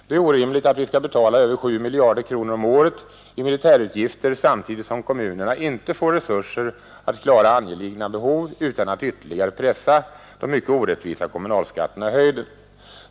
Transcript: Det är orimligt att vi skall betala över 7 miljarder kronor om året i militärutgifter samtidigt som kommunerna inte får resurser att klara angelägna behov utan att ytterligare pressa de mycket orättvisa kommunalskatterna i höjden.